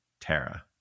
Tara